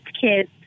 kids